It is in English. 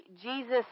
Jesus